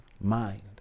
mind